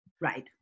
Right